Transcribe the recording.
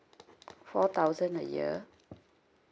four thousand a year